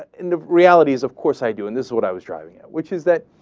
in the reality is, of course i do and this is what i was driving at which is that,